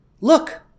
look